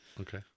okay